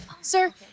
sir